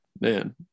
Man